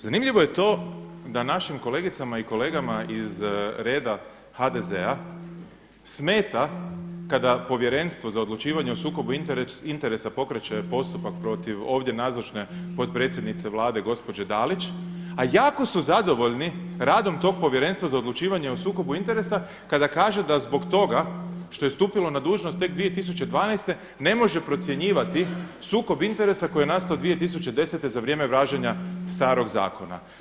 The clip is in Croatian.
Zanimljivo je to da našim kolegicama i kolegama iz reda HDZ-a smeta kada Povjerenstvo za odlučivanje o sukobu interesa pokreće postupak protiv ovdje nazočne potpredsjednice Vlade gospođe Dalić, a jako su zadovoljni radom tog Povjerenstva za odlučivanje o sukobu interesa kada kaže da zbog toga što je stupilo na dužnost tek 2012. ne može procjenjivati sukob interesa koji je nastao 2010. za vrijeme važenja starog zakona.